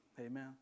Amen